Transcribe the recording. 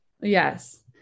Yes